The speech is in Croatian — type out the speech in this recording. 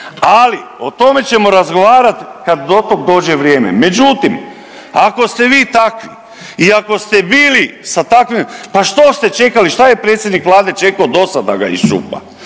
ali o tome ćemo razgovarati kad do tog dođe vrijeme. Međutim ako ste vi takvi i ako ste bili sa takvim, pa što ste čekali, šta je predsjednik Vlade čekao dosad da ga iščupa?